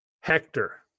Hector